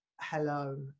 Hello